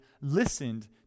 listened